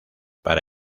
para